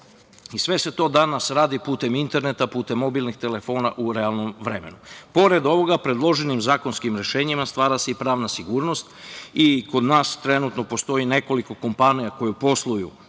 Sve se to danas radi putem interneta, putem mobilnih telefona u realnom vremenu. Pored ovoga, predloženim zakonskim rešenjima se stvara i pravna sigurnost i kod nas trenutno postoji nekoliko kompanija koje posluju